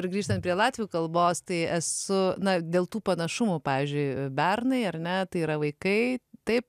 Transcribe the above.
ir grįžtant prie latvių kalbos tai esu na dėl tų panašumų pavyzdžiui bernai ar ne tai yra vaikai taip